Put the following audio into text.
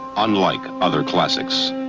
unlike other classics.